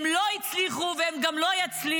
הם לא הצליחו, והם גם לא יצליחו.